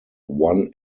one